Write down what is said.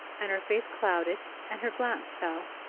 and her face clouded and her glance fell.